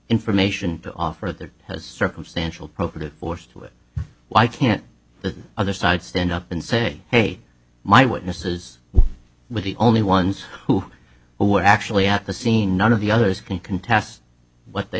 information to offer that has circumstantial procrit force with why can't the other side stand up and say hey my witnesses with the only ones who were actually at the scene none of the others can contest what they